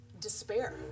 despair